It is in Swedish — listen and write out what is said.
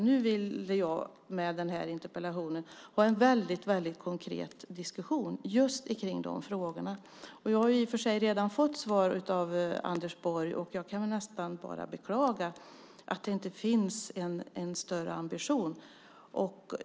Nu vill jag med denna interpellation ha en konkret diskussion om de frågorna. Jag har i och för sig redan fått svar av Anders Borg. Jag kan nästan bara beklaga att det inte finns en större ambition.